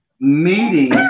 meeting